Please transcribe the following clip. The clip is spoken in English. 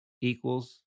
equals